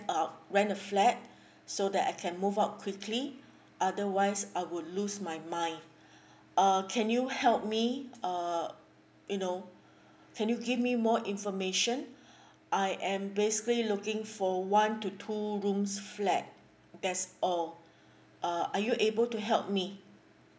rent the flat so that I can move out quickly otherwise I would lose my mind err can you help me uh you know can you give me more information I am basically looking for one to two rooms flat that's all uh are you able to help me